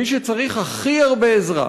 מי שצריך הכי הרבה עזרה,